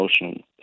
emotional